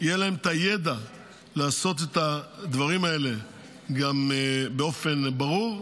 יהיה את הידע לעשות את הדברים האלה באופן ברור,